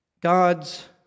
God's